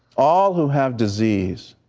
all who have disease,